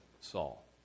Saul